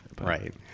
Right